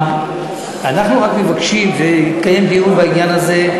אנחנו רק מבקשים, ויתקיים דיון בעניין הזה,